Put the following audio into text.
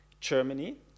Germany